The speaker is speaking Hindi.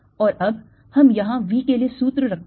और अब हम यहां V के लिए सूत्र रखते हैं